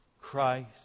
Christ